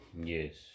Yes